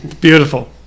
Beautiful